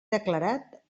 declarat